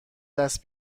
دست